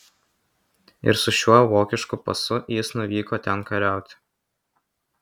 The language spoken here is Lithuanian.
ir su šiuo vokišku pasu jis nuvyko ten kariauti